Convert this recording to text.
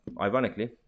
ironically